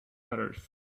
others